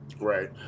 Right